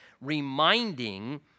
reminding